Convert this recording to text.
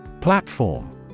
Platform